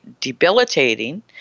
debilitating